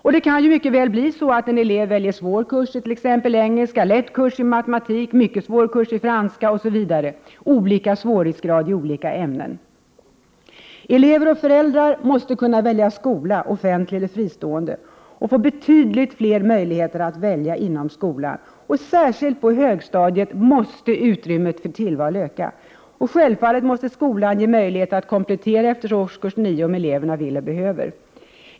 Och det kan mycket väl bli så att en elev väljer svår kurs i t.ex. engelska, lätt kurs i matematik, mycket svår kurs i franska osv., dvs. olika svårighetsgrad i olika ämnen. Elever och föräldrar måste kunna välja skola — offentlig eller fristående — och få betydligt fler möjligheter att välja inom skolan. Särskilt på högstadiet måste utrymmet för tillval öka. Självfallet måste skolan ge möjlighet att komplettera efter årskurs 9 om eleverna vill och behöver.